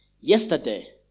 yesterday